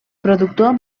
productor